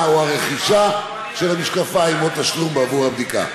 הרכישה של המשקפיים או לאחר התשלום בעבור הבדיקה.